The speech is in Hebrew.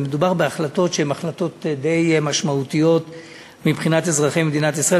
ומדובר בהחלטות שהן די משמעותיות מבחינת אזרחי מדינת ישראל.